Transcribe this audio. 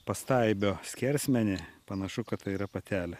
pastaibio skersmenį panašu kad tai yra patelė